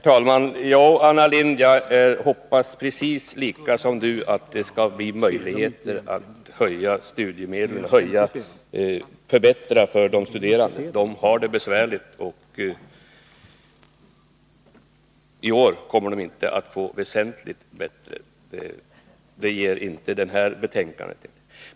Herr talman! Jag hoppas lika mycket som Anna Lindh att det skall bli möjligt att förbättra för de studerande. De har det besvärligt, och i år kommer de inte att få någon väsentlig förbättring. Sådana förändringar innehåller inte det här betänkandet.